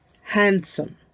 handsome